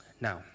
Now